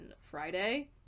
friday